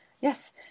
Yes